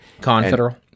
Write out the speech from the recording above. Confederal